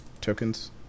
tokens